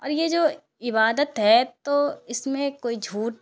اور یہ جو عبادت ہے تو اس میں کوئی جھوٹ